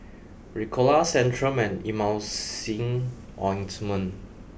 Ricola Centrum and Emulsying Ointment